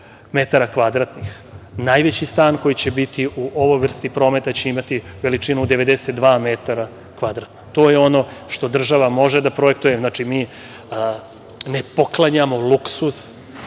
metara kvadratnih. Najveći stan koji će biti u ovoj vrsti prometa će imati veličinu od 92 metra kvadratna. To je ono što država može da projektuje. Znači, mi ne poklanjamo luksuz,